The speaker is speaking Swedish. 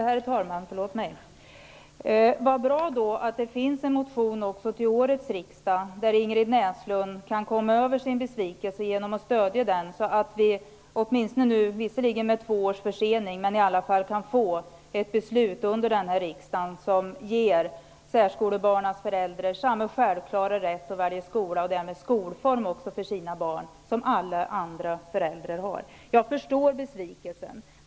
Herr talman! Vad bra att det finns en motion också till årets riksmöte. Ingrid Näslund kan komma över sin besvikelse genom att stödja den. Då kan vi -- visserligen med två års försening -- få ett beslut under det här året som ger särskolebarnens föräldrar samma självklara rätt att välja skola och skolform för sina barn som alla andra föräldrar har. Jag förstår besvikelsen.